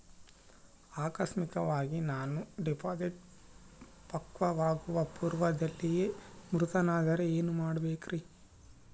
ಆಕಸ್ಮಿಕವಾಗಿ ನಾನು ಡಿಪಾಸಿಟ್ ಪಕ್ವವಾಗುವ ಪೂರ್ವದಲ್ಲಿಯೇ ಮೃತನಾದರೆ ಏನು ಮಾಡಬೇಕ್ರಿ?